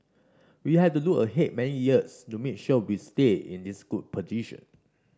we have to look ahead many years to make sure we stay in this good position